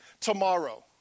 tomorrow